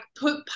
put